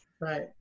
Right